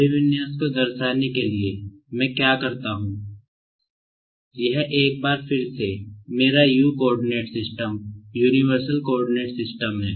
अभिविन्यास को दर्शाने के लिए मैं क्या करता हूं यह एक बार फिर से मेरा U कोआर्डिनेट सिस्टम हुआ है